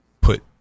put